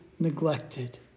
Neglected